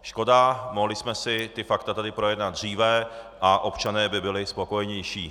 Škoda, mohli jsme si ta fakta tady projednat dříve a občané by byli spokojenější.